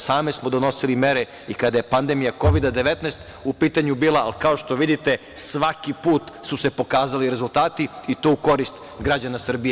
Sami smo donosili mere i kada je pandemija Kovida-19 u pitanju bila, ali kao što vidite svaki put su se pokazali rezultati i to u korist građana Srbije.